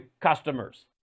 customers